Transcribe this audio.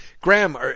Graham